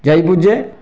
जाई पुज्जे